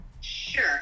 sure